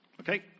Okay